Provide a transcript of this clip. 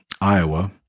Iowa